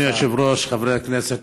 אדוני היושב-ראש, חברי הכנסת.